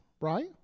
right